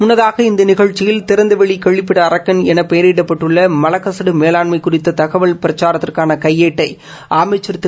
முன்னதாக இந்த நிகழ்ச்சியில் திறந்தவெளி கழிப்பிட அரக்கன் எனப்பெயரிடப்பட்டுள்ள மலக்கசடு மேலாண்மை குறித்த தகவல் பிரச்சாரத்துக்கான கையேட்டை அமைச்சர் திரு